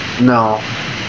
No